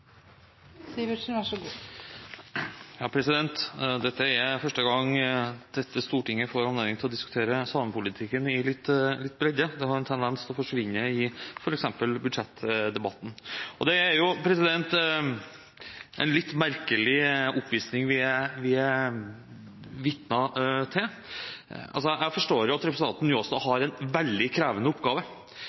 første gang at dette storting får anledning til å diskutere samepolitikken i litt bredde. Det har en tendens til å forsvinne i f.eks. budsjettdebatten. Det er en litt merkelig oppvisning vi er vitner til. Jeg forstår at representanten Njåstad har en veldig krevende oppgave: